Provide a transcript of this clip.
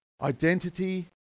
identity